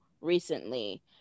recently